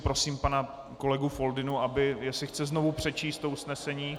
Prosím pana kolegu Foldynu, jestli chce znovu přečíst to usnesení.